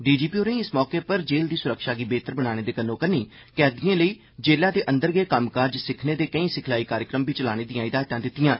D G P होरें इस मौके उप्पर जेल दी स्रक्षा गी बेहतर बनाने दे कन्नो कन्नी कैदिएं ले जेलै दे अंदर गै कम्मकाज सिक्खने दे केईं सिखला कार्यक्रम बी चलाने दिआं हिदायतां दितिआं